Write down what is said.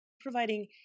providing